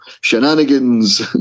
shenanigans